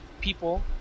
people